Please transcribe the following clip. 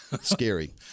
Scary